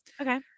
Okay